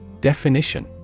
Definition